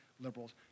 liberals